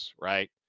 right